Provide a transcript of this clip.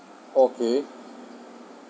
okay